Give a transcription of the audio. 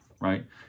Right